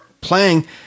playing